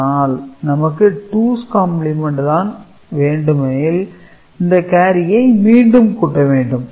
ஆனால் நமக்கு 2's complement தான் வேண்டுமெனில் இந்த கேரியை மீண்டும் கூட்ட வேண்டும்